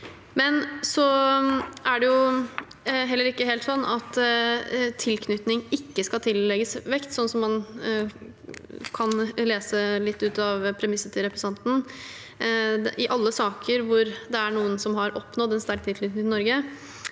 grunnlag. Det er heller ikke helt sånn at tilknytning ikke skal tillegges vekt, sånn som man kan lese litt ut av premisset til representanten. I alle saker hvor det er noen som har oppnådd en sterk tilknytning til Norge